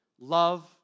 love